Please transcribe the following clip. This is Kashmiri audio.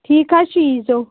ٹھیٖک حظ چھُ ییٖزیٚو